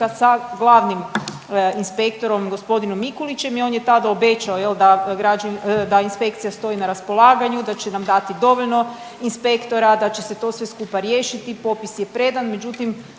sa glavnim inspektorom gospodinom Mikulićem i on je tada obećao da inspekcija stoji na raspolaganju, da će nam dati dovoljno inspektora, da će se to sve skupa riješiti. Popis je predan. Međutim,